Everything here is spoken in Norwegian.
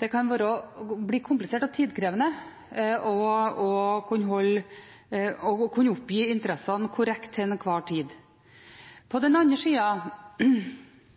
det kan bli komplisert og tidkrevende å kunne oppgi interessene korrekt til enhver tid. På den